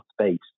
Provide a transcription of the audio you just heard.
space